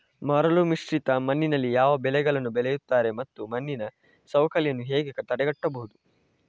ಮರಳುಮಿಶ್ರಿತ ಮಣ್ಣಿನಲ್ಲಿ ಯಾವ ಬೆಳೆಗಳನ್ನು ಬೆಳೆಯುತ್ತಾರೆ ಮತ್ತು ಮಣ್ಣಿನ ಸವಕಳಿಯನ್ನು ಹೇಗೆ ತಡೆಗಟ್ಟಬಹುದು?